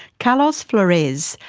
carlos flores,